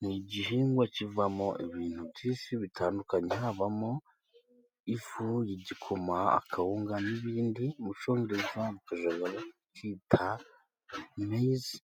ni igihingwa kivamo ibintu byinshi bitandukanye, havamo ifu y'igikoma, akawunga n'ibindi mucururiza mukajya mwita nk'izi ...